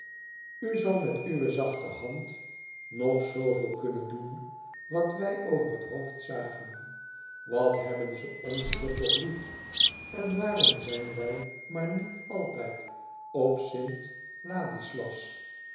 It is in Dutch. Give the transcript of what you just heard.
zal met uwe zachte hand nog zoove el kunnen doen wat wij over het hoofd zagen wat hebben ze ons hier toch lief en waarom zijn wij maar niet altijd op st ladislas